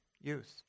youth